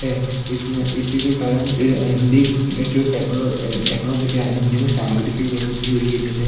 है इसमें इसी के कारण हिन्दी में जो टेक्नो टेक्नोलजी के आने हिन्दी में सामग्री की भी बढ़ोतरी हुई है जैसे